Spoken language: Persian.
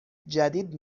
جدید